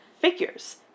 figures